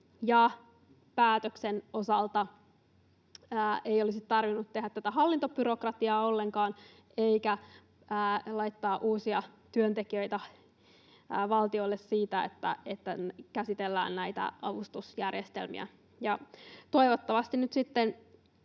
päätöksen osalta tehdä tätä hallintobyrokratiaa ollenkaan eikä laittaa uusia työntekijöitä valtiolle siihen, että käsitellään näitä avustusjärjestelmiä. Vaikkakin tämä